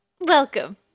Welcome